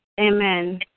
Amen